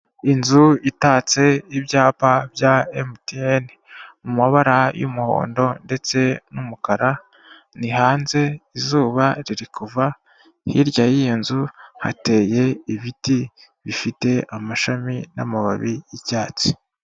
Inzu itatse ibyapa bya MTN mu mabara y'umuhondo ndetse n'umukara, ni hanze izuba riri kuva, hirya y'iyi nzu hateye ibiti bifite amashami n'amababi y'icyatsi.